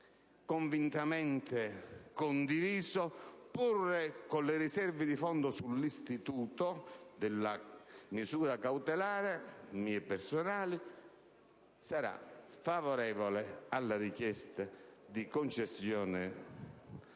assolutamente condivisa e, pur con le riserve di fondo sull'istituto della misura cautelare, mie personali, sarà favorevole alla richiesta di concessione